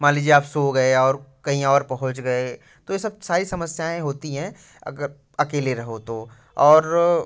मान लीजिए आप सो गए और कहीं और पहुँच गए तो ये सब सारी समस्याएँ होती हैं अगर अकेले रहो तो और